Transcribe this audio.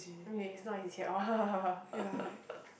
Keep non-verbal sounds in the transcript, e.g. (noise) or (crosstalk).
okay he's not he's here orh (laughs)